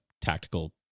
tactical